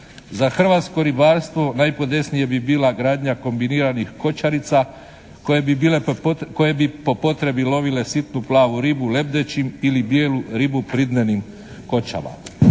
Za hrvatsko ribarstvo najpodesnije bi bila gradnja kombiniranih kočarica koje bi bile po, koje bi po potrebi lovile sitnu plavu ribu lebdećim ili bijelu ribu pridnenim kočama.